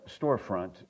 storefront